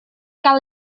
gael